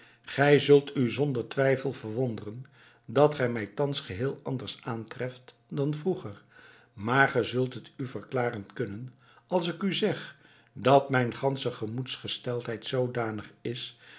gij zult u zonder twijfel verwonderen dat gij mij thans geheel anders aantreft dan vroeger maar ge zult het u verklaren kunnen als ik u zeg dat mijn gansche gemoedsgesteldheid zoodanig is